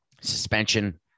suspension